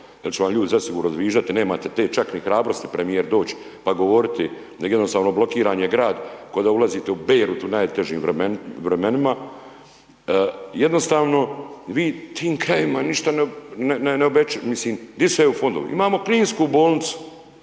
jer će vam ljudi zasigurno zviždati, nemate te čak ni hrabrosti premijer doć' pa govoriti, nego jednostavno blokiran je grad ko da ulazite u Beirut u najtežim vremenima. Jednostavno vi tim krajevima ništa ne, ne obećate, mislim, gdje su EU fondovi? Imamo kninsku bolnicu